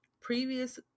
previous